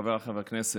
חבריי חברי הכנסת,